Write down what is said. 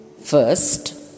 First